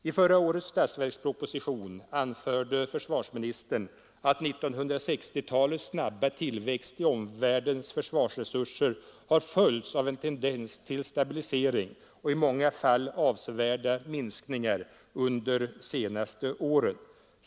I förra årets statsverksproposition anförde försvarsministern att 1960-talets snabba tillväxt i omvärldens försvarsresurser har följts av en tendens till stabilisering och i många fall avsevärda minskningar under de senaste åren.